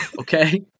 Okay